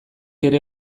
ere